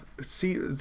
See